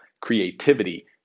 creativity